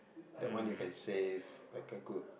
that one you can save like a good